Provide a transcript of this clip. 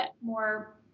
more